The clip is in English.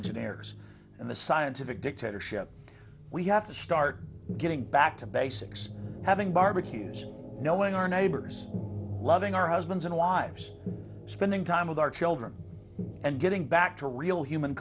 engineers in the scientific dictatorship we have to start getting back to basics having barbecues knowing our neighbors loving our husbands and wives spending time with our children and getting back to real human